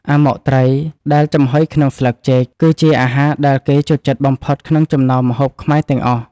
អាម៉ុកត្រីដែលចំហុយក្នុងស្លឹកចេក គឺជាអាហារដែលគេចូលចិត្តបំផុតក្នុងចំណោមម្ហូបខ្មែរទាំងអស់។